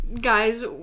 Guys